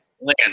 Land